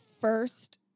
first